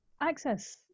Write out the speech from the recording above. access